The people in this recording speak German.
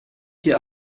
hier